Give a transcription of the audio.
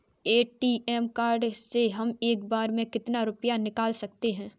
ATM card से हम एक बार में कितना रुपया निकाल सकते हैं?